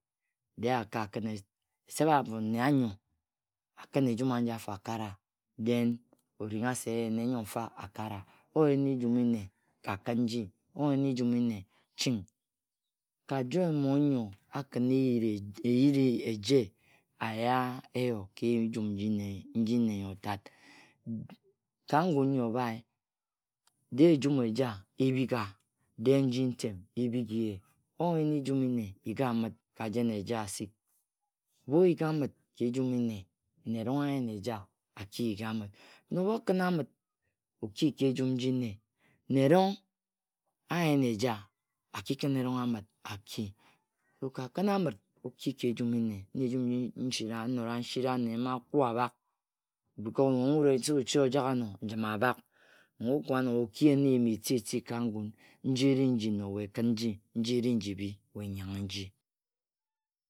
De aka kihn, except afo nne anyim akhim ejum aji afo akara, then oringha se nne nyo-fa akara. Oyen ejun nne ka khin nji. oyen ejum nne, ching. Ka joe mmon nyo akhima eyit eje aya-a eyo ka ejum nji nne nji nne-yotat. Ka ngun nyi obhae. de ejum eja ebhiga, de nji ntem ebigye. Oyen ejuni-ne. yigi-amit ka jen eja asig. Ebhu oyigamit ka ejum nne, nne erong ayen eja aki-yiga-mit. Khin ebhu okin amit oki ka ejun nyi nne, nne erong ayen eja akin erong amit aki. so Ka khin amit oki ka ejum nnw na ejun nji nsina, nnora nsiri ane mma akua-abhak. because nong wut ochi ojak ano, njimabhak. Nong okue ano oki-yen ejim eti-eti ka ngun. Nji eri njino we khin nji, nji-eri nji bhi we nyanghe nji.